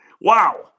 Wow